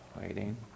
Waiting